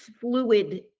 fluid